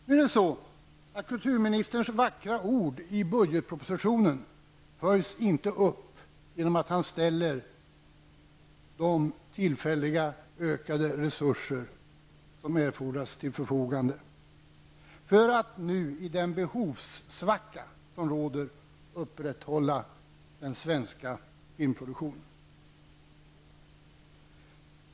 Kulturministern följer dock inte upp sina vackra ord i budgetpropositionen genom att ställa till förfogande de tillfälliga resurser som erfordras för att i den behovssvacka som nu råder upprätthålla den svenska filmproduktionen.